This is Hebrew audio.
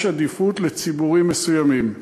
יש עדיפות לציבורים מסוימים.